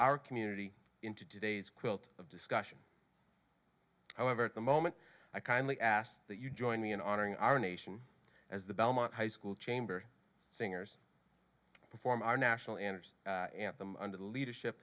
our community in today's quilt of discussion however at the moment i kindly ask that you join me in honoring our nation as the belmont high school chamber singers perform our national interest at them under the leadership